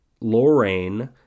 Lorraine